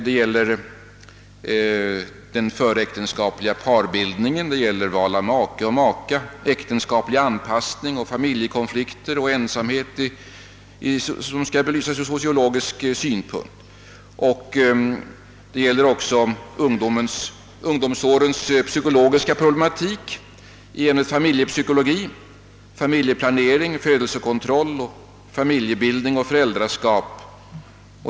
Den föräktenskapliga parbildningen, val av make eller maka, äktenskaplig anpassning, familjekonflikter och ensamhet skall belysas ur sociologisk synpunkt. Detta gäller också ungdomsårens psykologiska problematik i ämnet familjepsykologi, familjeplanering, födelsekontroll, familjebildning och föräldraskap.